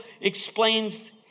explains